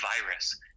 virus